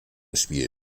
spiel